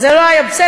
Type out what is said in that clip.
אז זה לא היה בסדר.